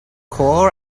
coal